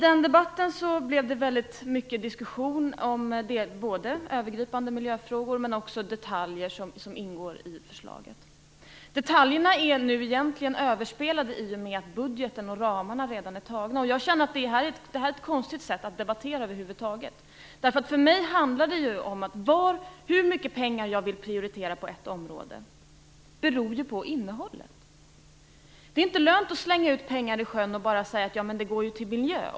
I den debatten blev det väldigt mycket diskussion om övergripande miljöfrågor, men också om detaljer som ingår i förslaget. Detaljerna är nu egentligen överspelade, i och med att budgeten och ramarna redan är antagna. Jag känner att det här är ett konstigt sätt att debattera över huvud taget. Hur jag vill prioritera och hur mycket pengar jag vill satsa på ett område beror ju på innehållet i åtgärderna. Det är inte lönt att slänga pengar i sjön och säga, men de går ju till miljö.